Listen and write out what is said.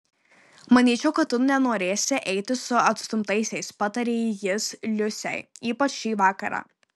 manyčiau kad tu nenorėsi eiti su atstumtaisiais patarė jis liusei ypač šį vakarą